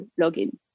login